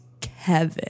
Kevin